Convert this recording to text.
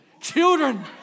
Children